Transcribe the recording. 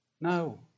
No